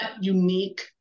unique